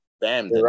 Bam